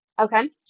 Okay